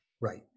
Right